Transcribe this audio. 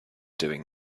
doing